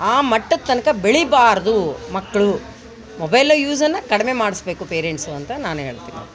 ಆ ಮಟ್ಟಕ್ಕೆ ತನಕ ಬೆಳಿಬಾರದು ಮಕ್ಕಳು ಮೊಬೈಲೆ ಯೂಸನ ಕಡಿಮೆ ಮಾಡಿಸಬೇಕು ಪೇರೆಂಟ್ಸು ಅಂತ ನಾನು ಹೇಳ್ತೀನಿ